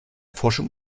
forschung